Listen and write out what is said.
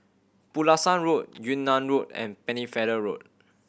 Pulasan Road Yunnan Road and Pennefather Road